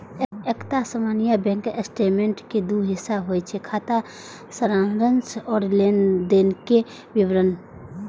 एकटा सामान्य bank statement के दू हिस्सा होइ छै, खाता सारांश आ लेनदेनक विवरण